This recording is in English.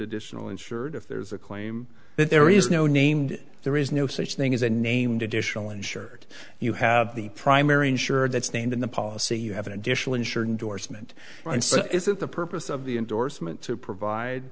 additional insured if there's a claim that there is no named there is no such thing as a named additional insured you have the primary insurer that's named in the policy you have an additional insured indorsement and so is it the purpose of the endorsement to provide